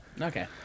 Okay